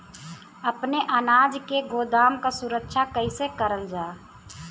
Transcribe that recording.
अपने अनाज के गोदाम क सुरक्षा कइसे करल जा?